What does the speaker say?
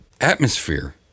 atmosphere